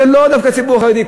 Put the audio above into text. זה לא דווקא הציבור החרדי.